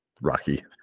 rocky